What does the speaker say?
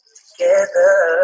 together